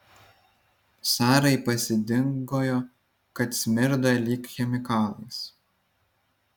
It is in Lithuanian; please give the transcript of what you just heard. sarai pasidingojo kad smirda lyg chemikalais